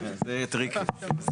זה טריקי.